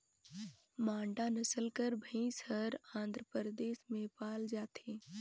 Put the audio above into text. मांडा नसल कर भंइस हर आंध्र परदेस में पाल जाथे